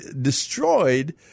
destroyed